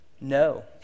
No